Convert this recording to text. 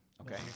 Okay